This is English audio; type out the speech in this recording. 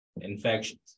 infections